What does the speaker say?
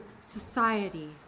society